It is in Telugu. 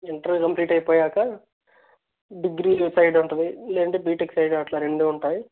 ఇంటర్ కంప్లీట్ అయిపోయాక డిగ్రీ సైడ్ ఉంటుంది లేదంటే బీటెక్ సైడ్ అట్లా రెండూ ఉంటాయి